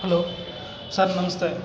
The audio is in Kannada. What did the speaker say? ಹಲೋ ಸರ್ ನಮಸ್ತೆ